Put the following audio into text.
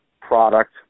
product